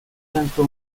lanzó